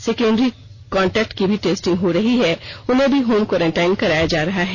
secondary contact की भी testing हो रही है उन्हें भी होम क्वॉरेंटाइन कराया जा रहा है